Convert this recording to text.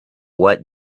what